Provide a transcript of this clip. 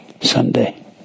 sunday